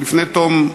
לפני תום,